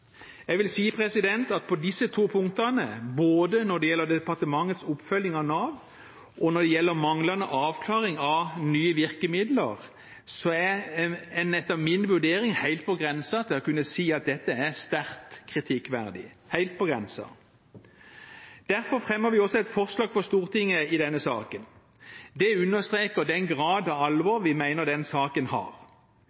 Jeg vil si at på disse to punktene, både når det gjelder departementets oppfølging av Nav, og når det gjelder manglende avklaring av nye virkemidler, er en etter min vurdering helt på grensen til å kunne si at dette er sterkt kritikkverdig – helt på grensen. Derfor fremmer vi også et forslag for Stortinget i denne saken. Det understreker den grad av